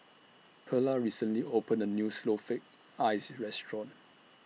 Perla recently opened A New Snowflake Ice Restaurant